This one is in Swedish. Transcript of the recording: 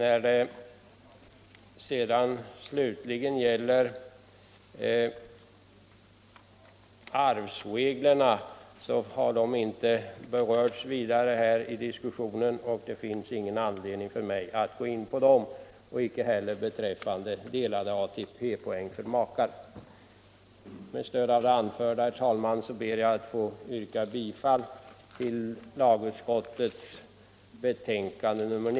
Vad slutligen arvsreglerna beträffar har dessa inte berörts i diskussionen, och det finns därför ingen anledning för mig att gå in på dessa. Detsamma gäller frågan om delad ATP-poäng för makar. Herr talman! Med stöd av det anförda ber jag att få yrka bifall till lagutskottets hemställan.